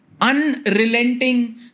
unrelenting